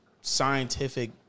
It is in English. scientific